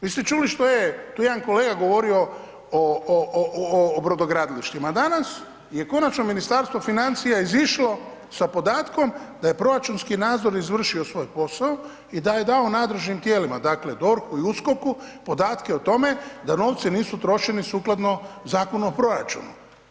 Jeste čuli što je tu jedan kolega govorio o brodogradilištima, danas je konačno Ministarstvo financija izišlo sa podatkom da je proračunski nadzor izvršio svoj posao i da je dao nadležnim tijelima dakle DORH-u i USKOK-u podatke o tome da novci nisu utrošeni sukladno Zakonu o proračunu.